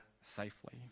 safely